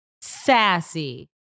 sassy